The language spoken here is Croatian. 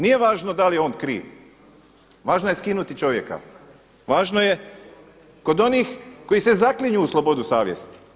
Nije važno da li je on kriv, važno je skinuti čovjeka, važno je kod onih koji se zaklinju u slobodu savjesti.